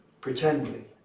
pretending